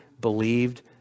believed